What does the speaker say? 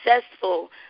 successful